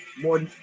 more